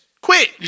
quit